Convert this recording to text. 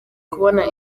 kubona